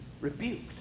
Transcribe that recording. rebuked